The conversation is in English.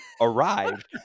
arrived